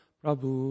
prabhu